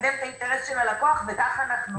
לקדם את האינטרס של הלקוח, וכך אנחנו עושים.